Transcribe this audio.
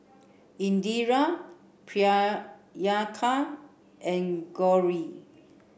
Indira Priyanka and Gauri